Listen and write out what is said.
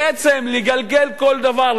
בעצם לגלגל כל דבר,